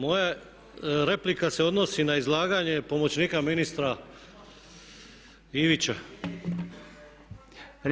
Moja replika se odnosi na izlaganje pomoćnika ministra Ivića.